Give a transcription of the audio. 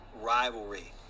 rivalry